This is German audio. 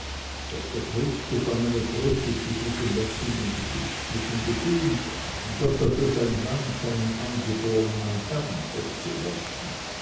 doch der kriegsgefangene tröstet sich mit dem wechselnden geschick mit dem gefühl daß er für sein land seinen angebornen herrn es geworden